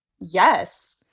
yes